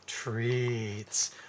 treats